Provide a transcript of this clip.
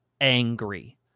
angry